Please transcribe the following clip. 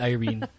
Irene